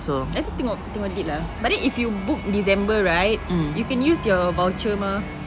actually tengok-tengok date lah but then if you book december right you can use your voucher mah